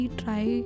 try